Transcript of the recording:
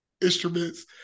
instruments